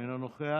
אינו נוכח,